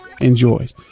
enjoys